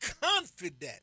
confident